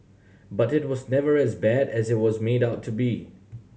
but it was never as bad as it was made out to be